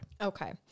Okay